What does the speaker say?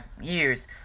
years